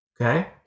okay